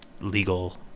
legal